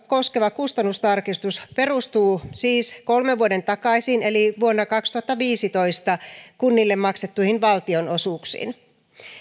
koskeva kustannustarkistus perustuu siis kolmen vuoden takaisiin eli vuonna kaksituhattaviisitoista kunnille maksettuihin valtionosuuksiin